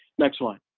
next slide.